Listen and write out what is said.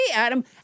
Adam